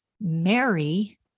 Mary